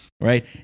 right